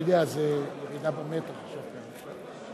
אתה יודע, זה ירידה במתח עכשיו כאן.